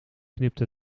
knipte